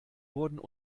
wurden